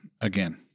again